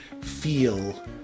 feel